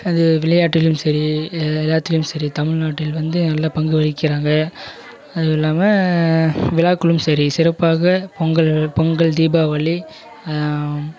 அது விளையாட்டிலும் சரி எல்லாத்துலையும் சரி தமிழ்நாட்டில் வந்து நல்ல பங்கு வகிக்கிறாங்க அதுவும் இல்லாமல் விழாக்களும் சரி சிறப்பாக பொங்கல் பொங்கல் தீபாவளி